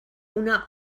una